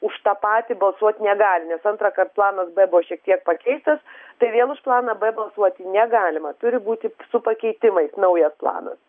už tą patį balsuot negali nes antrąkart planas b buvo šiek tiek pakeistas tai vėl už planą b balsuoti negalima turi būti su pakeitimais naujas planas